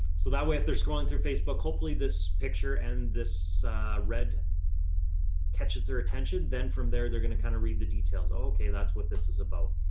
so that way, if they're scrolling through facebook, hopefully this picture and this red catches their attention. then from there, they're going to kind of read the details. okay. that's what this is about.